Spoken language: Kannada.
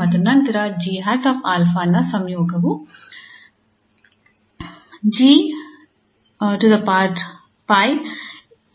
ಮತ್ತು ನಂತರ 𝑔̂ 𝛼 ನ ಸಂಯೋಗವು 𝑔̅̂̅